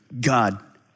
God